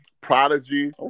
Prodigy